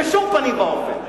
בשום פנים ואופן,